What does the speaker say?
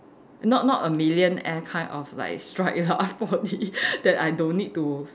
not not a millionaire kind of like strike you know four D that I don't need to